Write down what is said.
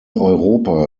europa